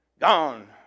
Gone